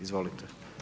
Izvolite.